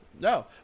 No